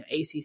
ACC